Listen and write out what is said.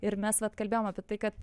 ir mes vat kalbėjom apie tai kad